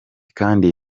kandi